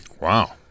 Wow